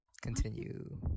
Continue